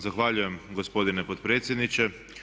Zahvaljujem gospodine potpredsjedniče.